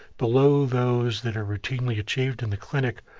below those that are routinely achieved in the clinic,